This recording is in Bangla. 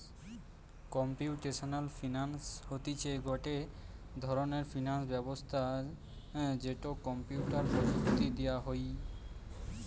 কম্পিউটেশনাল ফিনান্স হতিছে গটে ধরণের ফিনান্স ব্যবস্থা যেটো কম্পিউটার প্রযুক্তি দিয়া হই